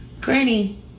Granny